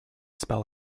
spell